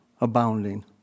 abounding